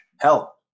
Hell